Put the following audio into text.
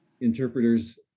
interpreters